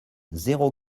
zéro